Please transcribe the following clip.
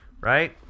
Right